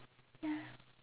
ya